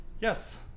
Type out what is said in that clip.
yes